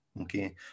Okay